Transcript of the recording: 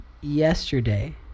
yesterday